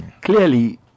clearly